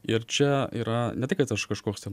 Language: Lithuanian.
ir čia yra ne tai kad aš kažkoks ten